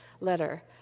letter